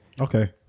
Okay